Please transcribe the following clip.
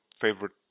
favorite